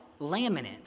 laminate